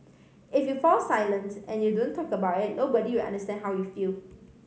if you fall silent and you don't talk about it nobody will understand how you feel